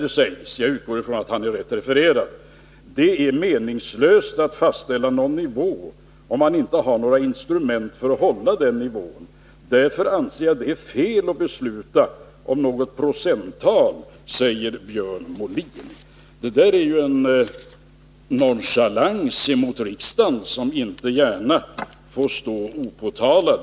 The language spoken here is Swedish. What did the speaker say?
Det heter — jag utgår från att handelsministern är riktigt refererad: ”Det är meningslöst att fastställa någon nivå om man inte har några instrument för att hålla den nivån. Därför anser jag att det är fel att besluta om något procenttal, säger Björn Molin.” Det där är ju en nonchalans emot riksdagen, och detta bör inte få stå opåtalat.